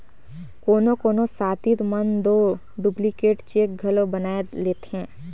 कोनो कोनो सातिर मन दो डुप्लीकेट चेक घलो बनाए लेथें